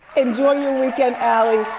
enjoy your weekend, ali,